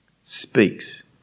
speaks